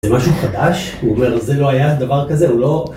זה משהו חדש, הוא אומר, זה לא היה דבר כזה, הוא לא...